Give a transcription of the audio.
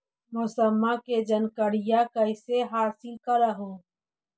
मौसमा के जनकरिया कैसे हासिल कर हू?